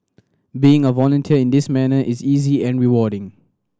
being a volunteer in this manner is easy and rewarding